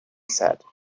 said